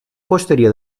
posterior